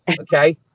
Okay